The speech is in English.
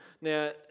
Now